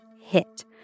hit